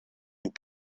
and